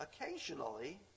Occasionally